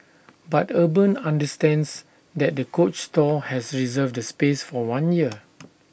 but urban understands that the coach store has reserved the space for one year